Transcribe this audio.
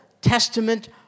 Testament